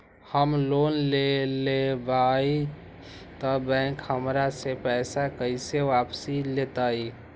हम लोन लेलेबाई तब बैंक हमरा से पैसा कइसे वापिस लेतई?